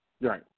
Right